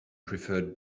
preferred